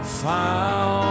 found